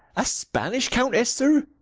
a spanish countess, sir?